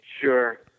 Sure